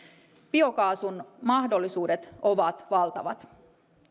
biokaasun mahdollisuudet ovat valtavat